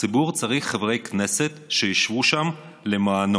הציבור צריך חברי כנסת שישבו שם למענו,